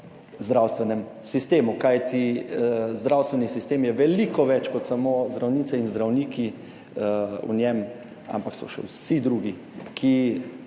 zdravstvenem sistemu, kajti zdravstveni sistem je veliko več kot samo zdravnice in zdravniki v njem, ampak so še vsi drugi, ki